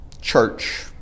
church